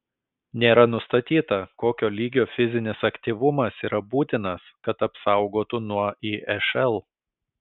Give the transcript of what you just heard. nėra nustatyta kokio lygio fizinis aktyvumas yra būtinas kad apsaugotų nuo išl